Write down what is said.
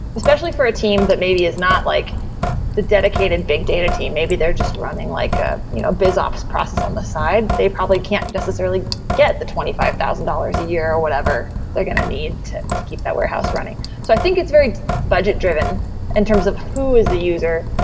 especially for a team that maybe is not like the dedicated big data team, maybe they're just running like ah you know biz ops process on the side, they probably can't necessarily get the twenty five thousand dollars a year, or whatever they're going to need to to keep that warehouse running so i think it's very budget-driven in terms of who is the user,